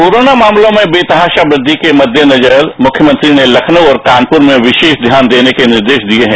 corona मामलों में बेतहाशा वृद्धि के मद्देनजर मुख्यमंत्री ने लखनऊ और कानपुर में विशेष ध्यान देने के निर्देश दिए हैं